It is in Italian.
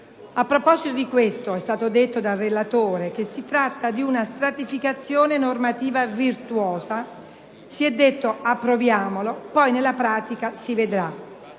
A proposito di questo, è stato detto dal relatore che si tratta di una stratificazione normativa virtuosa; si è detto di approvarlo, e che poi nella pratica si vedrà.